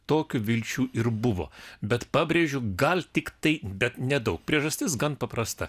tokių vilčių ir buvo bet pabrėžiu gal tiktai bet nedaug priežastis gan paprasta